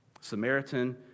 Samaritan